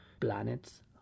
planets